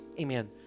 Amen